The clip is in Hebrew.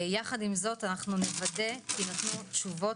יחד עם זאת אנחנו נוודא שיינתנו תשובות